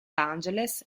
angeles